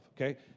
Okay